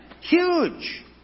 Huge